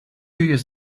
years